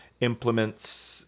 implements